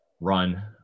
run